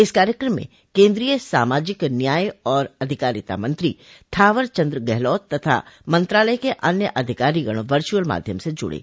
इस कार्यक्रम में केन्द्रीय सामाजिक न्याय और अधिकारिता मंत्री थॉवर चन्द्र गहलोत तथा मंत्रालय के अन्य अधिकारीगण वर्चुअल माध्यम से जुड़े